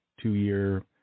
two-year